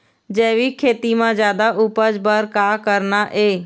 जैविक खेती म जादा उपज बर का करना ये?